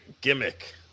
gimmick